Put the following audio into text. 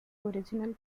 original